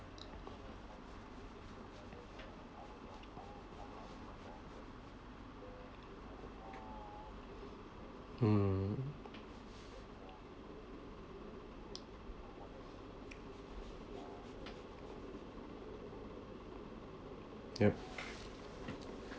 mm yup